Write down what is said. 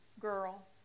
girl